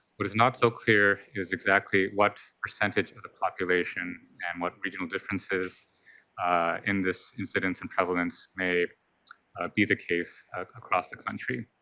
what is not so clear is exactly what percentage of the population and what regional differences in this incidence and prevalence may be the case across the country.